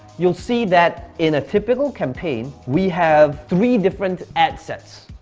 you'll see that in a typical campaign, we have three different ad sets,